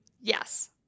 Yes